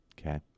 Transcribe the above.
Okay